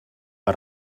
per